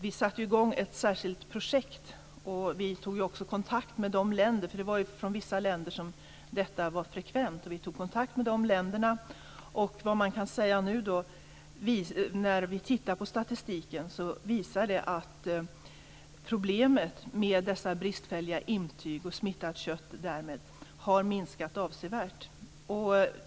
Vi satte i gång ett särskilt projekt, och vi tog också kontakt med de berörda länderna. Det var ju från vissa länder som detta var frekvent. Vi tog kontakt med dessa länder. När vi nu tittar på statistiken visar det sig att problemet med dessa bristfälliga intyg, och därmed med smittat kött, har minskat avsevärt.